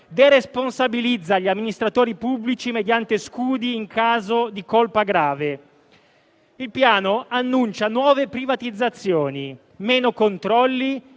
deresponsabilizza gli amministratori pubblici mediante scudi in caso di colpa grave. Il Piano annuncia nuove privatizzazioni, meno controlli